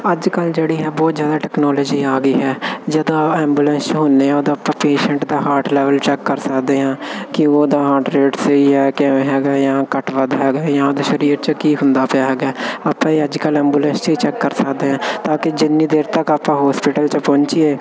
ਅੱਜ ਕੱਲ੍ਹ ਜਿਹੜੀਆਂ ਬਹੁਤ ਜ਼ਿਆਦਾ ਟੈਕਨੋਲੋਜੀ ਆ ਗਈ ਹੈ ਜਦੋਂ ਐਬੂਲੈਂਸ 'ਚ ਹੁੰਦੇ ਹਾਂ ਉਦੋਂ ਆਪਾਂ ਪੇਸ਼ੈਂਟ ਦਾ ਹਾਰਟ ਲੈਵਲ ਚੈੱਕ ਕਰ ਸਕਦੇ ਹਾਂ ਕਿ ਉਹਦਾ ਹਾਰਟ ਰੇਟ ਸਹੀ ਹੈ ਕਿਵੇਂ ਹੈਗਾ ਜਾਂ ਘੱਟ ਵੱਧ ਹੈਗਾ ਜਾਂ ਉਹਦੇ ਸਰੀਰ 'ਚ ਕੀ ਹੁੰਦਾ ਪਿਆ ਹੈਗਾ ਆਪਾਂ ਇਹ ਅੱਜ ਕੱਲ੍ਹ ਐਬੂਲੈਂਸ 'ਚ ਹੀ ਚੈਕ ਕਰ ਸਕਦੇ ਹਾਂ ਤਾਂ ਕਿ ਜਿੰਨੀ ਦੇਰ ਤੱਕ ਆਪਾਂ ਹੋਸਪਿਟਲ 'ਚ ਪਹੁੰਚੀਏ